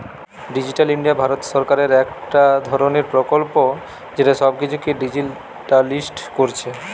digital India Bharat সরকারের একটা ধরণের প্রকল্প যেটা সব কিছুকে ডিজিটালিসড কোরছে